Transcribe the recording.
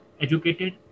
educated